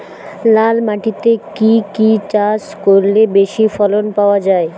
লাল মাটিতে কি কি চাষ করলে বেশি ফলন পাওয়া যায়?